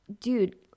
dude